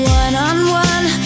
one-on-one